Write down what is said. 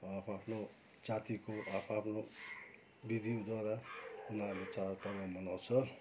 आफ्आफ्नो जातिको आफ्आफ्नो विधिद्वारा उनीहरूले चाडपर्व मनाउँछ